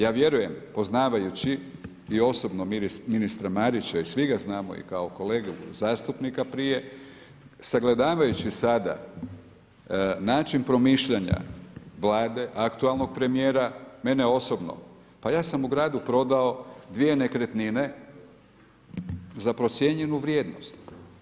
Ja vjerujem, poznavajući i osobno ministra Marića i svi ga znamo i kao kolegu zastupnika prije, sagledavajući sada, način promišljanja Vlade, aktualnog premjera, mene osobno, pa ja sam u gradu prodao 2 nekretnine za procijenjenu vrijednost.